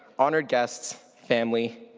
honoured guests, family,